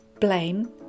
Blame